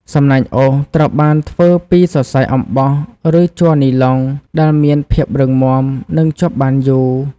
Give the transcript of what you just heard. សំណាញ់អូស ត្រូវបានធ្វើពីសរសៃអំបោះ ឬជ័រនីឡុង ដែលមានភាពរឹងមាំ និងជាប់បានយូរ។